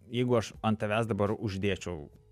jeigu aš ant tavęs dabar uždėčiau